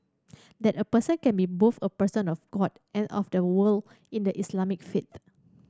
that a person can be both a person of God and of the world in the Islamic faith